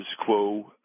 quo